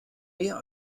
mehr